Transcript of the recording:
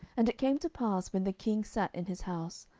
and it came to pass, when the king sat in his house,